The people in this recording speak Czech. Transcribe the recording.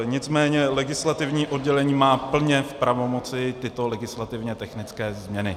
Nicméně legislativní oddělení má plně v pravomoci tyto legislativně technické změny.